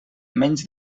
menys